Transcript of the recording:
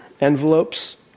envelopes